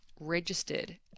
registered